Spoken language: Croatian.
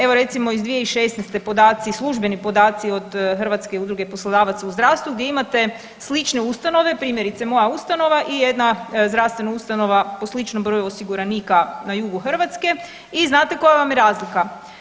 Evo recimo iz 2016. podaci, službeni podaci od Hrvatske udruge poslodavaca u zdravstvu gdje imate slične ustanove, primjerice moja ustanova i jedna zdravstvena ustanova po sličnom broju osiguranika na jugu Hrvatske i znate koja vam je razlika?